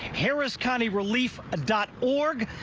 harris county relief ah dot org.